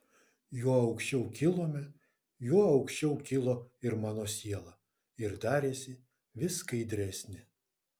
juo aukščiau kilome juo aukščiau kilo ir mano siela ir darėsi vis skaidresnė